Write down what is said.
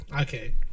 Okay